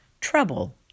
trouble